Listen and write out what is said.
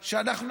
לא.